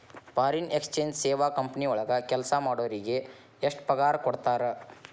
Foreign exchange ಸೇವಾ company ವಳಗ್ ಕೆಲ್ಸಾ ಮಾಡೊರಿಗೆ ಎಷ್ಟ್ ಪಗಾರಾ ಕೊಡ್ತಾರ?